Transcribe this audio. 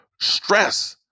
stress